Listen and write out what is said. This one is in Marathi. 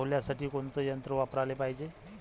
सोल्यासाठी कोनचं यंत्र वापराले पायजे?